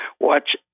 watch